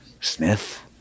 Smith